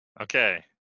Okay